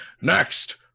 next